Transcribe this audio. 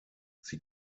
sie